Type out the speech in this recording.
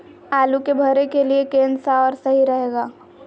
आलू के भरे के लिए केन सा और सही रहेगा?